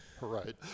Right